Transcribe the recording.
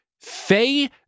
Faye